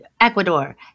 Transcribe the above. Ecuador